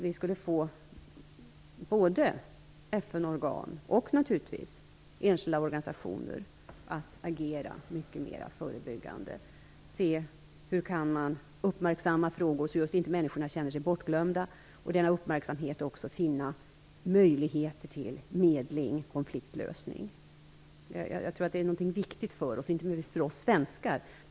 Vi borde få både FN-organ och, naturligtvis, enskilda organisationer att agera mycket mer förebyggande och att se hur man kan uppmärksamma frågor så att människorna inte känner sig bortglömda, och i denna uppmärksamhet också finna möjligheter till medling, konfliktlösning. Jag tror att det är viktigt för oss, inte minst för oss svenskar.